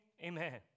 amen